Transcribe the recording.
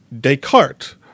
Descartes